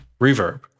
reverb